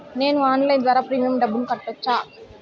నేను ఆన్లైన్ ద్వారా ప్రీమియం డబ్బును కట్టొచ్చా?